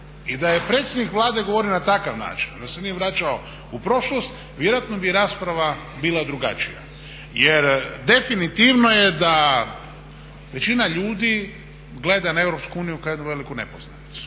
I da je predsjednik Vlade govorio na takav način, da se nije vraćao u prošlost vjerojatno bi rasprava bila drugačija. Jer definitivno je da većina ljudi gleda na EU kao jednu veliku nepoznanicu.